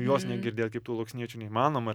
jos negridėt kaip tų aluoksniečių neįmanoma